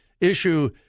issue